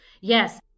Yes